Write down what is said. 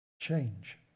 change